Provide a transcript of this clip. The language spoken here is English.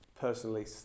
personally